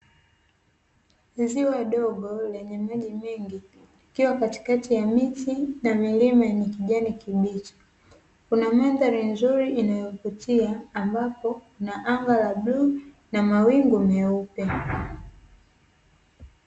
Ziwa dogo lenye maji mengi likiwa katikati ya miti na milima yenye kijani kibichi, Kuna mandhari nzuri yanayovutia ambapo Kuna anga la bluu na Mawingu meupe.